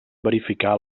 verificar